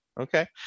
Okay